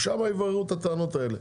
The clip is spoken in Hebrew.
ושם יבררו את הטענות האלה.